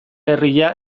herria